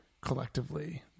collectively